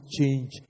change